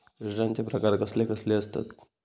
योजनांचे प्रकार कसले कसले असतत?